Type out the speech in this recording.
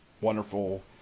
wonderful